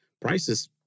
prices